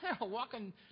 walking